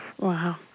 Wow